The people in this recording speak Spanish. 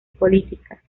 política